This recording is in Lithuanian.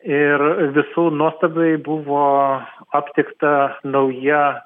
ir visų nuostabai buvo aptikta nauja